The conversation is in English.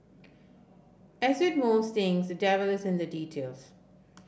as with most things the devil is in the details